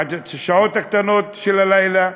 עד השעות הקטנות של הלילה,